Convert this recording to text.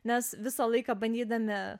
nes visą laiką bandydami